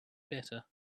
better